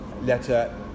letter